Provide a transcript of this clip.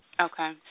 Okay